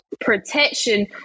protection